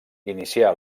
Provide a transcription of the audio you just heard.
inicià